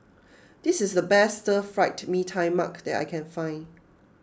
this is the best Stir Fried Mee Tai Mak that I can find